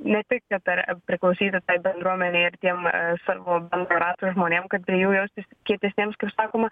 ne tai kad ar ar priklausyti bendruomenei ar tiem savo rato žmonėm kad prie jų jaustis kietesniems kaip sakoma